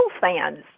fans